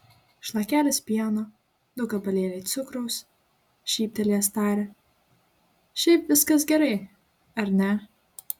šlakelis pieno du gabalėliai cukraus šyptelėjęs tarė šiaip viskas gerai ar ne